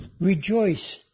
Rejoice